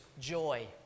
joy